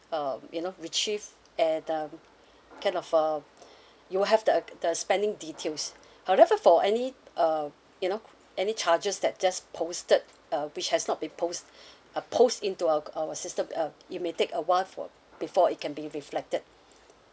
um you know retrieve at um kind of um you'll have the uh the spending details and let's say for any uh you know any charges that just posted uh which has not being post uh post into uh our system uh it may take a while for before it can be reflected